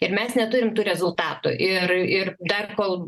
ir mes neturim tų rezultatų ir ir dar kol